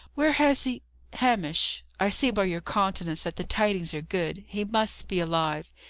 where has he hamish, i see by your countenance that the tidings are good. he must be alive.